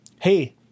Hey